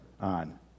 on